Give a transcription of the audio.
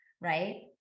right